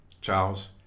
Charles